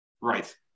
Right